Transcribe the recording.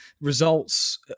results